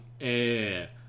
air